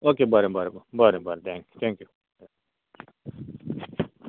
okay बरें बरें बरें बरें थेंक्यू थेंक्यू